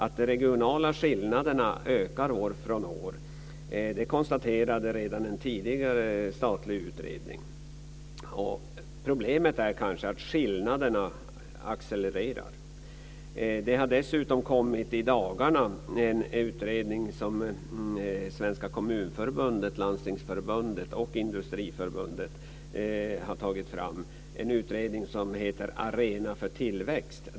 Att de regionala skillnaderna ökar år från år konstaterade redan en tidigare statlig utredning. Problemet är kanske att skillnaderna accelererar. Det har dessutom i dagarna kommit en utredning som Svenska Kommunförbundet, Landstingsförbundet och Industriförbundet har tagit fram. Den heter Arena för tillväxt.